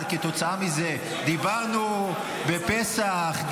אבל כתוצאה מזה דיברנו על פסח,